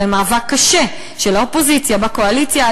אחרי מאבק קשה של האופוזיציה בקואליציה,